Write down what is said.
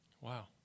wow